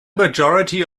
majority